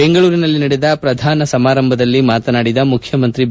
ಬೆಂಗಳೂರಿನಲ್ಲಿ ನಡೆದ ಪ್ರಧಾನ ಸಮಾರಂಭದಲ್ಲಿ ಮಾತನಾಡಿದ ಮುಖ್ಯಮಂತ್ರಿ ಬಿ